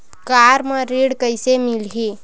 Car म ऋण कइसे मिलही?